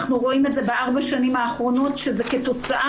אנחנו רואים את זה בארבע השנים האחרונות שזה כתוצאה